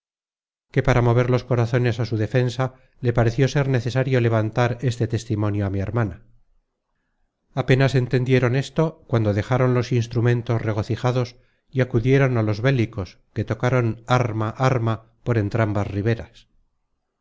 que para mover los corazones á su defensa le pareció ser necesario levantar este testimonio á mi hermana apenas entendieron esto cuando dejaron los instrumentos regocijados y acudieron a los bélicos que tocaron arma arma por